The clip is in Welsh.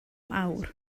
awr